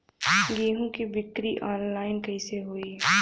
गेहूं के बिक्री आनलाइन कइसे होई?